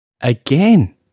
Again